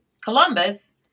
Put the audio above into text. Columbus